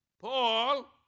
Paul